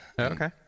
Okay